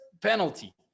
penalty